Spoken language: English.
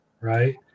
right